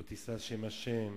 לא תישא שם השם,